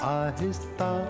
ahista